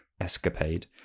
escapade